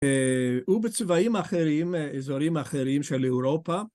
ובצבעים אחרים, אזורים אחרים של אירופה.